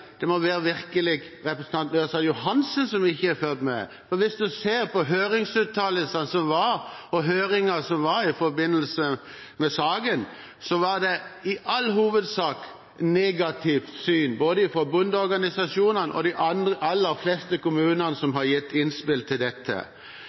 det må virkelig være representanten Ørsal Johansen som ikke har fulgt med, for hvis en ser på høringsuttalelsene som kom, og høringen som var i forbindelse med saken, var det i all hovedsak et negativt syn fra både bondeorganisasjonene og de aller fleste kommunene som